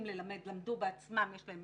שלמדו בעצמם ויש להם